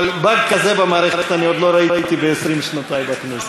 אבל באג כזה במערכת אני עוד לא ראיתי ב-20 שנותי בכנסת.